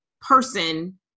person